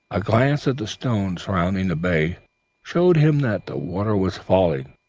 a glance at the stones surrounding the bay showed him that the water was falling,